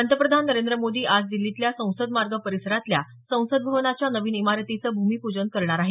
पंतप्रधान नरेंद्र मोदी आज दिल्लीतल्या संसद मार्ग परिसरातल्या संसद भवनाच्या नवीन इमारतीचं भूमीपूजन करणार आहेत